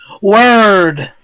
Word